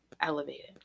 elevated